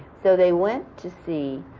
so they went to see